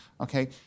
okay